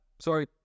sorry